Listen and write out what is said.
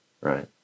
right